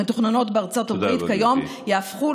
המתוכננות בארצות הברית כיום יהפכו